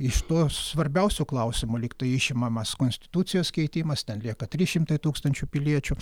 iš to svarbiausio klausimo lygtai išimamas konstitucijos keitimas ten lieka trys šimtai tūkstančių piliečių